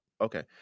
Okay